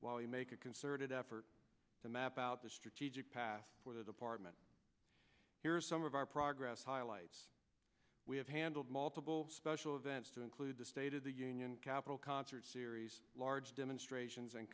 while you make a concerted effort to map out the strategic path for the department here's some of our progress highlights we have handled multiple special events to include the state of the union capitol concert series large demonstrations and